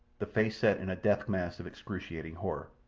the face set in a death mask of excruciating horror.